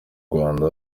rwanda